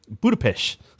budapest